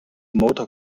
motor